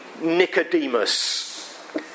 Nicodemus